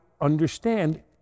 understand